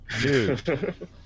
Dude